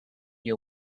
you